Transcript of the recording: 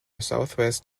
southwest